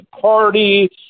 party